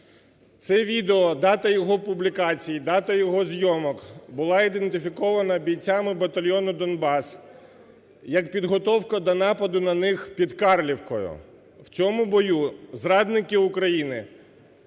Це відео, дата його публікації, дата його зйомок буда ідентифікована бійцями батальйону "Донбас" як підготовка до нападу на них під Карлівкою. В цьому бою зрадники України